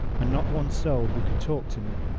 and not one soul who could talk to me.